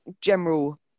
general